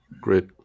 Great